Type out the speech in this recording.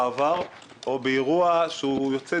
שקובע שהגוף שאמון על הפיקוד והשליטה בכל הכוחות הוא משטרת